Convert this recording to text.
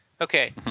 okay